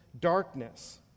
darkness